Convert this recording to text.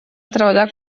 treballat